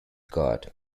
god